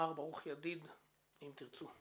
מר ברוך ידיד, אם תרצו.